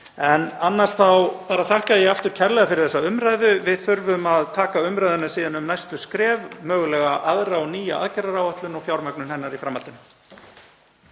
Annars þakka ég aftur kærlega fyrir þessa umræðu. Við þurfum síðan að taka umræðuna um næstu skref, mögulega um aðra og nýja aðgerðaáætlun og fjármögnun hennar í framhaldinu.